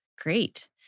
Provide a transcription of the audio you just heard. Great